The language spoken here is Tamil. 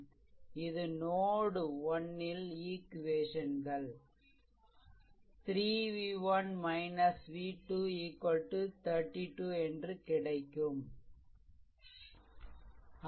இது நோட் 1 ல் ஈக்வேசன் கள் 3 v1 v2 32 என்று கிடைக்கும்